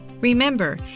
Remember